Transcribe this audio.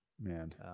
Man